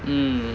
mm